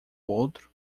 outro